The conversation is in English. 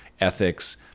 ethics